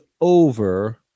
over –